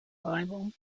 bible